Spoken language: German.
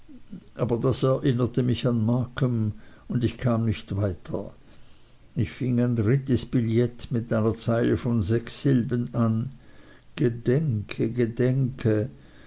aber das erinnerte mich an markham und ich kam nicht weiter ich fing ein drittes billet mit einer zeile von sechs silben an gedenke gedenke